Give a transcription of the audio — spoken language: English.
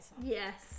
yes